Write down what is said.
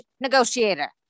negotiator